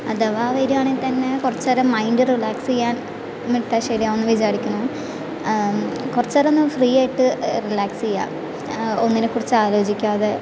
അഥവാ വരാണേൽ തന്നെ കുറച്ച് നേരം മൈൻഡ് റിലാക്സ് ചെയ്യാൻ എന്നിട്ട് ശരിയാവുമെന്ന് വിചാരിക്കുന്നു കുറച്ച് നേരമൊന്ന് ഫ്രീ ആയിട്ട് റിലാക്സ് ചെയ്യുക ഒന്നിനെ കുറിച്ചും ആലോചിക്കാതെ